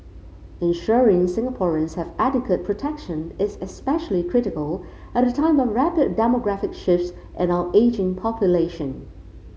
ensuring Singaporeans have adequate protection is especially critical at a time of rapid demographic shifts and our ageing population